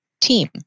team